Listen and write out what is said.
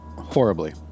horribly